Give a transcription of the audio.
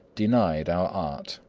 denied our art.